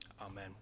Amen